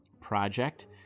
project